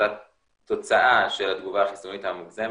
אותה תוצאה של התגובה החיסונית המוגזמת